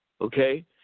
Okay